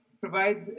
provides